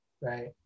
right